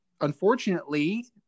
unfortunately